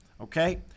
Okay